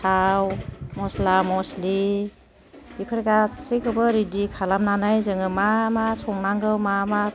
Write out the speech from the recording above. थाव मस्ला मस्लि बेफोर गासैखौबो रिदि खालामनानै जोङो मा मा संंनांगौ मा मा